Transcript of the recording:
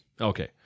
Okay